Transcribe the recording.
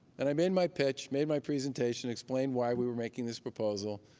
and i made my pitch, made my presentation, explained why we were making this proposal,